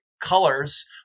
colors